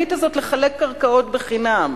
התוכנית הזאת, לחלק קרקעות בחינם,